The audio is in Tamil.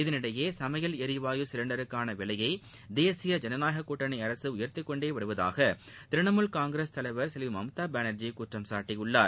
இதற்கிடையே சமையல் எரிவாயு சிலிண்டருக்கான விலையை தேசிய ஜனநாயக கூட்டணி அரசு உயர்த்திக் கொண்டே வருவதாக திரிணமுல் காங்கிரஸ் தலைவர் செல்வி மம்தா பானார்ஜி குற்றம் சாட்டியுள்ளார்